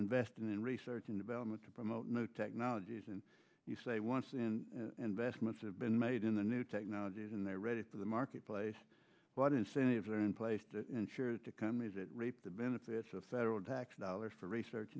investing in research and development to promote new technologies and you say wants and investments have been made in the new technologies and they're ready for the marketplace what incentives are in place to ensure that economies it reap the benefits of federal tax dollars for research